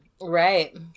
Right